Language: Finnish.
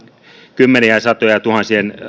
kymmenien satojentuhansien